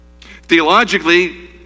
Theologically